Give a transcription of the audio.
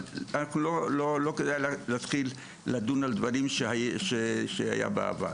אבל לא כדאי להתחיל לדון על דברים שהיו בעבר.